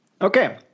okay